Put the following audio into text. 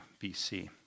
BC